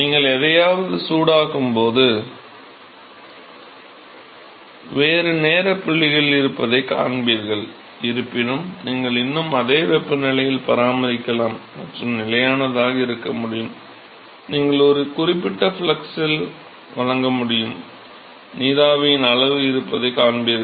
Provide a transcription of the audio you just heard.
நீங்கள் எதையாவது சூடாக்கும்போது வேறு நேரப் புள்ளிகள் இருப்பதைக் காண்பீர்கள் இருப்பினும் நீங்கள் இன்னும் அதே வெப்பநிலையில் பராமரிக்கலாம் மற்றும் நிலையானதாக இருக்க முடியும் நீங்கள் ஒரு குறிப்பிட்ட ஃப்ளக்ஸில் வெப்பத்தை வழங்க முடியும் நீராவியின் அளவு இருப்பதைக் காண்பீர்கள்